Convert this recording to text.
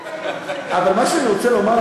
מה שאני רוצה לומר,